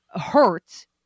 hurt